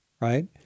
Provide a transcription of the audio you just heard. right